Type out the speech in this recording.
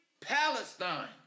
Palestine